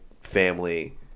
family